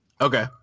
Okay